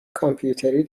کامپیوتری